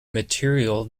material